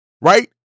right